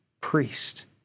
priest